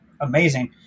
amazing